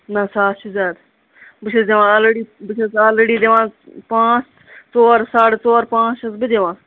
نہ ساس چھُ زِیادٕ بہٕ چھَس آلریڈی بہٕ چھَس آلریڑی دِوان پانٛژھ ژور ساڑٕ ژور پانٛژھ چھَس بہٕ دِوان